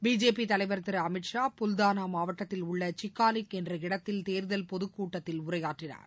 BJP தலைவர் திரு அமித்ஷா புல்தானா மாவட்டத்தில் உள்ள சிக்காலிக் என்ற இடத்தில் தேர்தல் பொதுக்கூட்டத்தில் உரையாற்றினார்